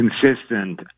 consistent